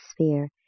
sphere